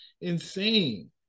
insane